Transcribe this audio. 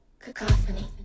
Cacophony